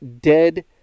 dead